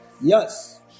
Yes